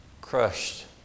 crushed